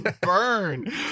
burn